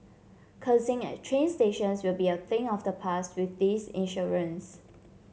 cursing at train stations will be a thing of the past with this insurance